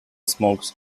smokes